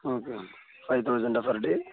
five thousand for day